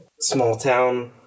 small-town